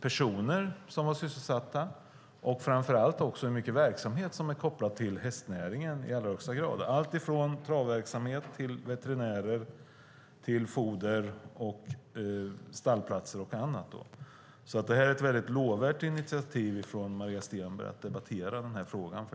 personer som var sysselsatta i hästnäringen och framför allt av hur mycket verksamhet som är kopplad till den. Det gäller alltifrån travverksamhet och veterinärer till foder, stallplatser och annat. Det är ett mycket lovvärt initiativ från Maria Stenberg att debattera den här frågan.